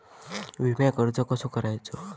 विम्याक अर्ज कसो करायचो?